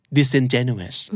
Disingenuous